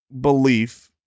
belief